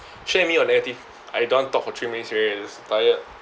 share with me your negative I don't want talk for three minutes already just tired